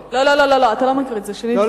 לא, לא, אתה לא מקריא את זה שנית.